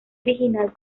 original